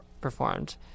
performed